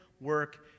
work